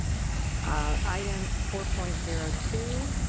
ah item four point zero two,